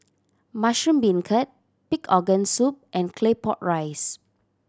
mushroom beancurd pig organ soup and Claypot Rice